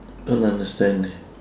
don't understand eh